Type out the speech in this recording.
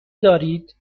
دارید